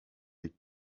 des